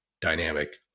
dynamic